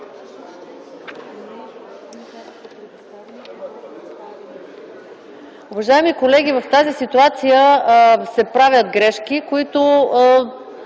Уважаеми колеги, в тази ситуация се правят грешки, които